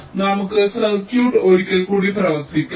അതിനാൽ നമുക്ക് സർക്യൂട്ട് ഒരിക്കൽ കൂടി പ്രവർത്തിക്കാം